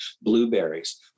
blueberries